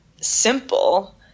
simple